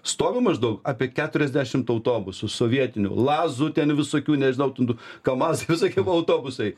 stovi maždaug apie keturiasdešimt autobusų sovietinių lazų ten visokių nežinau ten tų kamaz visokie buvo autobusai